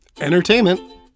entertainment